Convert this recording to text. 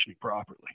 properly